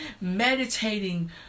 meditating